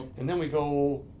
and then we go,